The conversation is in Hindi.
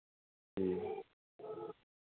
ठीक